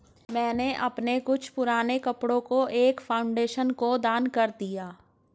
मैंने अपने कुछ पुराने कपड़ो को एक फाउंडेशन को दान कर दिया